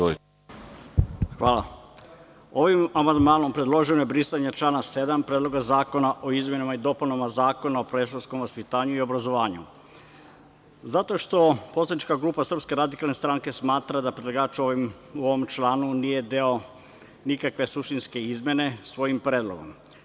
Ovim amandmanom predloženo je brisanje člana 7. Predloga zakona o izmenama i dopunama Zakona o predškolskom vaspitanju i obrazovanju, zato što poslanička grupa SRS smatra da predlagač u ovom članu nije dao nikakve suštinske izmene svojim predlogom.